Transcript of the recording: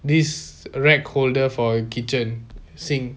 this rack holder for a kitchen sink